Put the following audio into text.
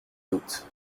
doutes